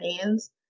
hands